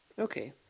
Okay